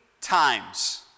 times